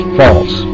false